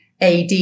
AD